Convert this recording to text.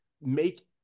make